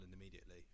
immediately